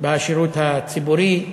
בשירות הציבורי,